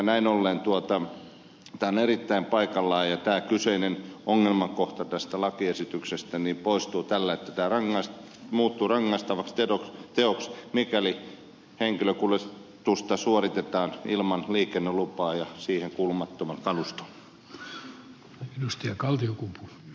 näin ollen tämä on erittäin paikallaan ja tämä kyseinen ongelmakohta tästä lakiesityksestä poistuu tällä että se muuttuu rangaistavaksi teoksi mikäli henkilökuljetusta suoritetaan ilman liikennelupaa ja siihen kuulumattomalla kalustolla